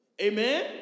Amen